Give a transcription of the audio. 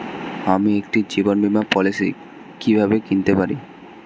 আমি একটি জীবন বীমা পলিসি কিভাবে কিনতে পারি?